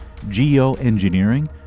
Geoengineering